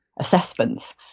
assessments